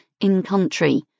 in-country